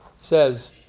says